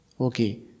okay